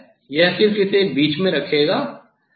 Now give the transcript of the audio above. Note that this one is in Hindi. यह यह सिर्फ इसे बीच में रखेगा